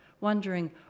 wondering